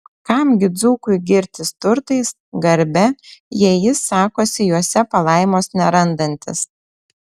kam gi dzūkui girtis turtais garbe jei jis sakosi juose palaimos nerandantis